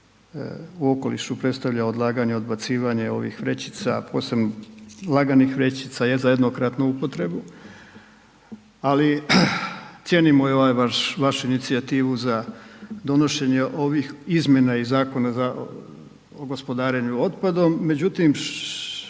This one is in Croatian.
u okolišu predstavlja odlaganje, odbacivanje ovih vrećica posebno laganih vrećica za jednokratnu upotrebu ali cijenimo i ovu inicijativu za donošenje ovih izmjena iz Zakona o gospodarenju otpadom međutim